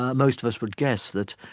ah most of us would guess that